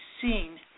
seen